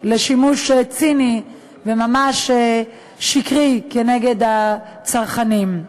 לשימוש ציני וממש שקרי כנגד הצרכנים,